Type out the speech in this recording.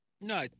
No